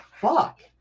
fuck